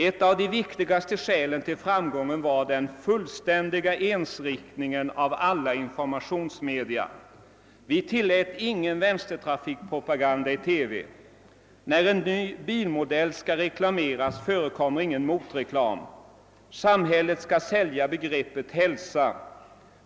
Ett av de viktigaste skälen till framgången var den fullständiga ensriktningen av alla informationsmedia. Vi tillät ingen vänstertrafikpropaganda i TV. När en ny bilmodell skall reklameras förekommer ingen motreklam. Samhället skall sälja begreppet hälsa.